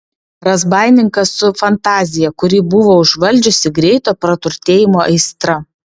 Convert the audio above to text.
razbaininkas su fantazija kurį buvo užvaldžiusi greito praturtėjimo aistra